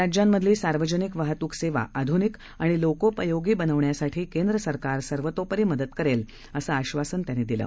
राज्यांमधली सार्वजनिक वाहतूक सेवा आधुनिक आणि लोकोपयोगी बनवण्यासाठी केंद्र सरकार सर्वतोपरी मदत करेल असे आधासनही त्यांनी दिलं